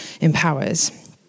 empowers